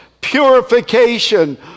purification